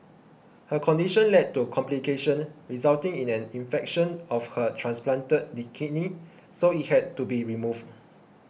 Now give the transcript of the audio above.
her condition led to complications resulting in an infection of her transplanted kidney so it had to be removed